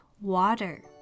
water